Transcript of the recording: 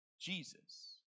Jesus